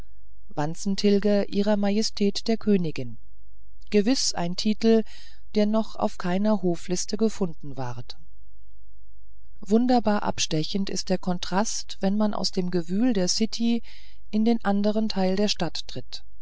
wanzentilger ihrer majestät der königin gewiß ein titel der noch auf keiner hofliste gefunden ward wunderbar abstechend ist der kontrast wenn man aus dem gewühl der city in den anderen teil der stadt tritt